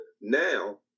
now